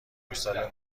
گوساله